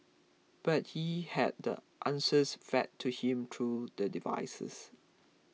but he had the answers fed to him through the devices